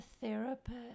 therapist